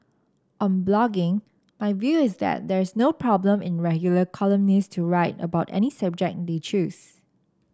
on blogging my view is that there is no problem in regular columnists to write about any subject they choose